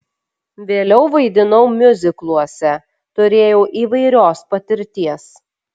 vėliau vaidinau miuzikluose turėjau įvairios patirties